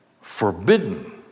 forbidden